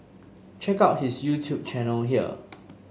check out his YouTube channel here